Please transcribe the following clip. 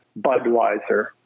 budweiser